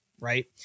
right